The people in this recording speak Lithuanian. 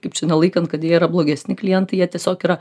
kaip čia nelaikant kad jie yra blogesni klientai jie tiesiog yra